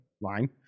line